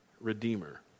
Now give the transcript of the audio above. redeemer